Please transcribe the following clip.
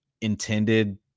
intended